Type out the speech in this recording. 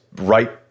right